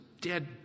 dead